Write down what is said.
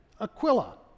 Aquila